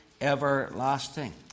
everlasting